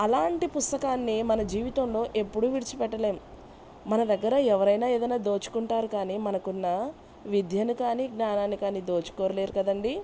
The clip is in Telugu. అలాంటి పుస్తకాన్ని మన జీవితంలో ఎప్పుడూ విడిచి పెట్టలేం మన దగ్గర ఎవరైనా ఏదన్నా దోచుకుంటారు కానీ మనకున్న విద్యను కానీ జ్ఞానాన్ని కానీ దోచుకోలేరు కదండీ